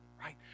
right